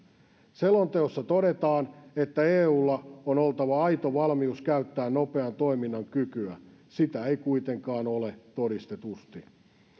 selonteossa todetaan että eulla on oltava aito valmius käyttää nopean toiminnan kykyä sitä ei kuitenkaan ole todistetusti